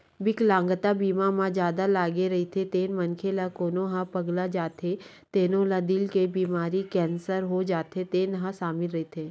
बिकलांगता बीमा म जादा लागे रहिथे तेन मनखे ला कोनो ह पगला जाथे तेनो ला दिल के बेमारी, केंसर हो जाथे तेनो ह सामिल रहिथे